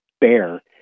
Bear